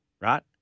Right